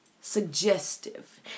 suggestive